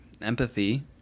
Empathy